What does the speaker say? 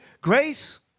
grace